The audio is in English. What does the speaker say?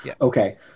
Okay